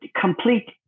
complete